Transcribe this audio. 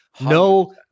No